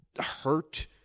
hurt